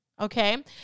Okay